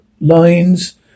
lines